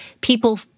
People